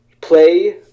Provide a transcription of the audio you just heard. play